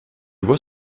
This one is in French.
vois